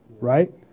right